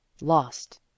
lost